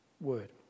word